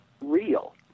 real